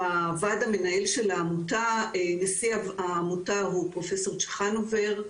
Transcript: בוועד המנהל של העמותה נשיא העמותה הוא פרופסור צ'חנובר,